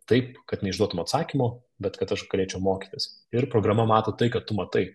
taip kad neišduotum atsakymo bet kad aš galėčiau mokytis ir programa mato tai ką tu matai